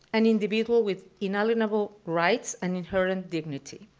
an individual with unalienable rights and inherent dignity.